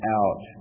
out